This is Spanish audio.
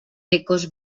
ecos